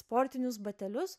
sportinius batelius